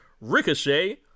Ricochet